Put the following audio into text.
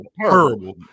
terrible